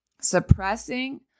suppressing